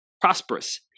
prosperous